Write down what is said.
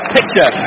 Picture